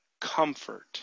comfort